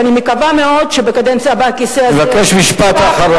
ואני מקווה מאוד שבקדנציה הבאה את הכיסא הזה,